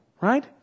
right